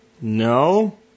No